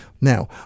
Now